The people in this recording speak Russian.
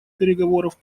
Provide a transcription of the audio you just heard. переговоров